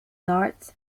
darts